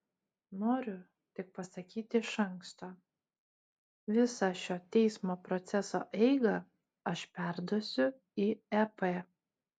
noriu tik pasakyti iš anksto visą šio teismo proceso eigą aš perduosiu į ep